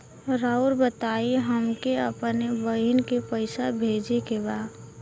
राउर बताई हमके अपने बहिन के पैसा भेजे के बा?